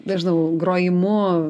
nežinau grojimu